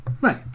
Right